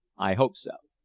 i hope so.